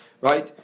right